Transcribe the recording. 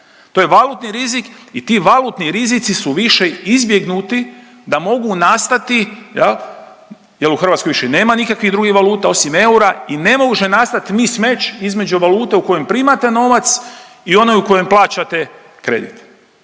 To je valutni rizik i ti valutni rizici su više izbjegnuti da mogu nastati jer u Hrvatskoj više nema nikakvih drugih valuta osim eura i ne može nastat miss match između valuta u kojem primate novac i onaj u kojem plaćate kredite